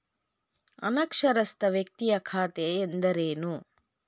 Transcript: ಅನಕ್ಷರಸ್ಥ ವ್ಯಕ್ತಿಯ ಖಾತೆ ಎಂದರೇನು?